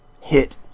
hit